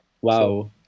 Wow